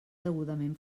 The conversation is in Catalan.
degudament